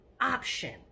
option